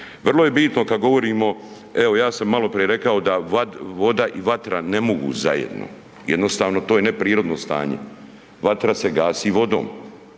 Vrlo je bitno kad govorimo, evo ja sam maloprije rekao da voda i vatra ne mogu zajedno. Jednostavno to je neprirodno stanje, vatra se gasi vodom.